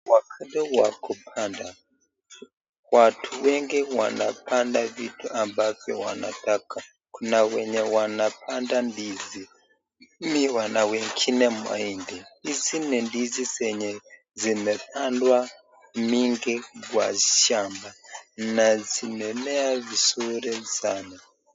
Wakati wa kupanda. Watu wengi wanapanda vitu ambavyo wanataka kuna wenye wanapanda ndizi, miwa na wengine mahindi. Hizi ni ndizi zenye zimepandwa mingi kwa shamba na zimemea vizuri sana.